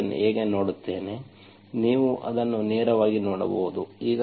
ನಾನು ಇದನ್ನು ಹೇಗೆ ನೋಡುತ್ತೇನೆ ನೀವು ಅದನ್ನು ನೇರವಾಗಿ ನೋಡಬಹುದು